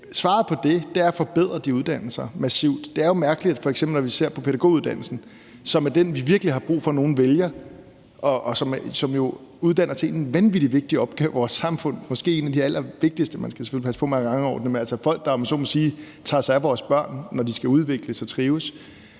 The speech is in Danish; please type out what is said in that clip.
Svaret på det er at forbedre de uddannelser massivt. Det er jo mærkeligt at f.eks. pædagoguddannelsen, som er den, vi virkelig har brug for at nogle vælger, og som jo uddanner folk til en vanvittig vigtig opgave i vores samfund, måske en af de allervigtigste – man skal selvfølgelig passe på med at rangordne, men det er folk, der, om man så må sige, tager sig af vores børn, når de skal udvikles og trives